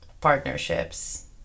partnerships